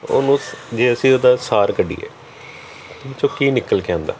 ਉਹਨੂੰ ਜੇ ਅਸੀਂ ਉਹਦਾ ਸਾਰ ਕੱਢੀਏ ਸੋ ਕੀ ਨਿਕਲ ਕੇ ਆਉਂਦਾ